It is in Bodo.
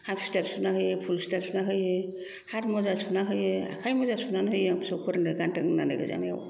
हाफ सुइथार सुना होयो फुल सुइथार सुना होयो हाथ मुजा सुना होयो आखय मुजा सुनानै होयो आं फिसौफोरनो गानथों होननानै गोजांनायाव